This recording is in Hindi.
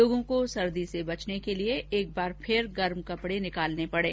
लोगों को सर्दी से बचने के लिये एक बार फिर गर्म कपडे निकालने पड़े